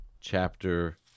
chapter